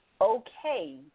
okay